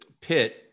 Pitt